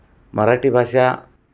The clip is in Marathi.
मराठी भाषा